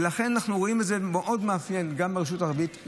ולכן אנחנו רואים את זה כמאוד מאפיין גם ברשות הערבית.